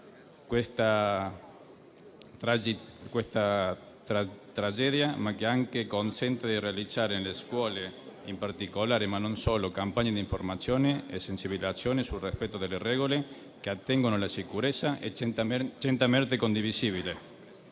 questa tragedia, ma che consenta anche di realizzare nelle scuole, in particolare - ma non solo - delle campagne di informazioni e sensibilizzazione sul rispetto delle regole che attengono alla sicurezza, è certamente condivisibile.